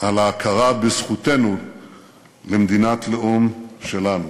על ההכרה בזכותנו למדינת לאום שלנו.